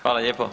Hvala lijepo.